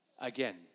Again